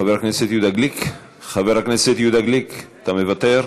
חבר הכנסת יהודה גליק, אתה מוותר?